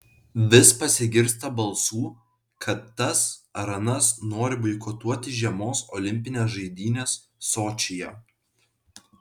vis pasigirsta balsų kad tas ar anas nori boikotuoti žiemos olimpines žaidynes sočyje